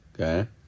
Okay